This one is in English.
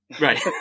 Right